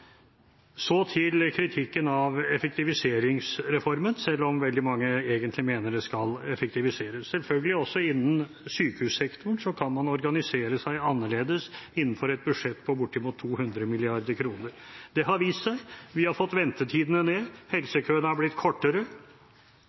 Så til kritikken av effektiviseringsreformen, selv om veldig mange egentlig mener at det skal effektiviseres. Selvfølgelig kan man også innen sykehussektoren organisere seg annerledes innenfor et budsjett på bortimot 200 mrd. kr. Det har vist seg. Vi har fått ventetidene ned, helsekøene er blitt kortere,